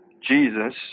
Jesus